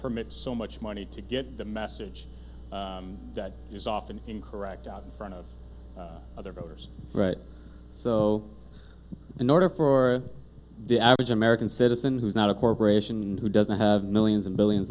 permits so much money to get the message that you soften in correct out front of other voters right so in order for the average american citizen who's not a corporation and who doesn't have millions and billions